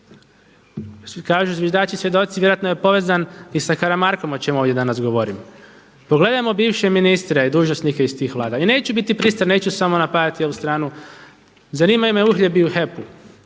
Kažu zviždači svjedoci vjerojatno je povezan i sa Karamarkom o čemu ovdje danas govorim. Pogledajmo bivše ministre dužnosnike iz tih vlada i neću biti pristran, neću samo napadati ovu stranu. Zanimaju me uhljebi u HEP-u.